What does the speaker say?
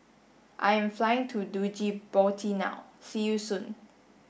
I am flying to Djibouti now see you soon